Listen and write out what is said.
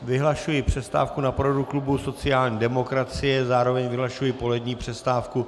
Vyhlašuji přestávku na poradu klubu sociální demokracie, zároveň vyhlašuji polední přestávku.